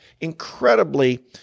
incredibly